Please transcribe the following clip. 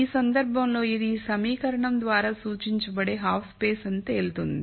ఈ సందర్భంలో ఇది ఈ సమీకరణం ద్వారా సూచించబడే హాఫ్ స్పేస్ అని తేలుతుంది